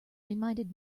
reminded